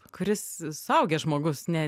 kuris suaugęs žmogus ne